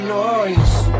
noise